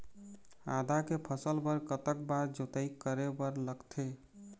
आदा के फसल बर कतक बार जोताई करे बर लगथे?